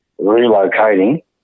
relocating